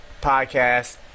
podcast